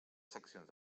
seccions